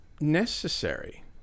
necessary